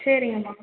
சரிங்கம்மா